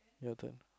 noted